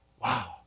Wow